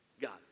God